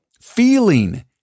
feeling